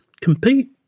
compete